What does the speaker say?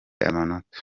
amanota